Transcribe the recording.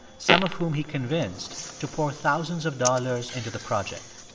some of whom he convinced to pour thousands of dollars into the project.